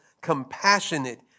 compassionate